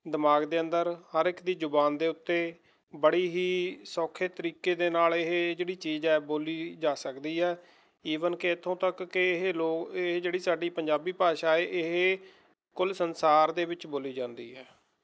ਦਿਮਾਗ ਦੇ ਅੰਦਰ ਹਰ ਇੱਕ ਦੀ ਜੁਬਾਨ ਦੇ ਉੱਤੇ ਬੜੀ ਹੀ ਸੌਖੇ ਤਰੀਕੇ ਦੇ ਨਾਲ ਇਹ ਜਿਹੜੀ ਚੀਜ਼ ਹੈ ਬੋਲੀ ਜਾ ਸਕਦੀ ਹੈ ਈਵਨ ਕਿ ਇੱਥੋਂ ਤੱਕ ਕਿ ਇਹ ਲੋਕ ਇਹ ਜਿਹੜੀ ਸਾਡੀ ਪੰਜਾਬੀ ਭਾਸ਼ਾ ਏ ਇਹ ਕੁੱਲ ਸੰਸਾਰ ਦੇ ਵਿੱਚ ਬੋਲੀ ਜਾਂਦੀ ਹੈ